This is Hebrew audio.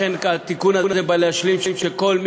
לכן,